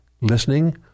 listening